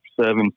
seven